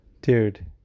Dude